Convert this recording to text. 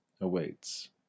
awaits